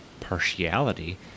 partiality